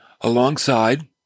alongside